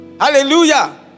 Hallelujah